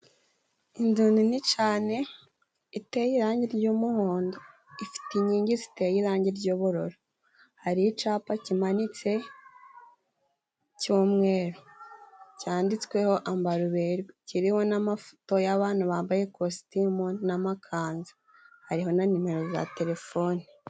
Inzu nini cyane iteye irangi ry'umuhondo. Ifite inkingi ziteye irangi ry'ubururu. Hariho icyapa kimanitse cy'umweru cyanditsweho ambara uberwe. Kiriho n'amafoto y'abantu bambaye ikositimu n'amakanzu. Hariho na nimero za telefone.